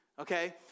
Okay